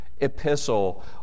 epistle